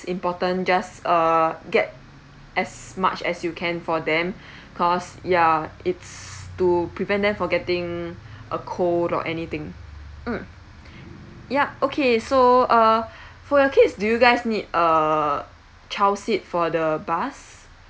important just err get as much as you can for them cause ya it's to prevent them for getting a cold or anything mm ya okay so uh for your kids do you guys need err child seat for the bus